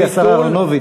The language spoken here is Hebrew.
מכובדי השר אהרונוביץ,